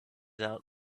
out